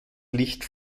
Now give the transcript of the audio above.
licht